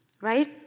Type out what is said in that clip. Right